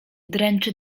dręczy